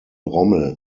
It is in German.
rommel